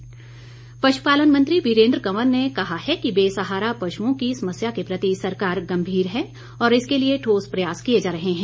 वीरेंद्र कंवर पशुपालन मंत्री वीरेंद्र कंवर ने कहा है कि बेसहारा पशुओं की समस्या के प्रति सरकार गंभीर है और इसके लिए ठोस प्रयास किए जा रहे हैं